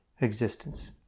existence